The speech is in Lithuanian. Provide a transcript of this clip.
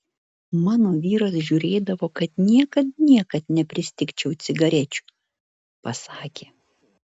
mano vyras žiūrėdavo kad niekad niekad nepristigčiau cigarečių pasakė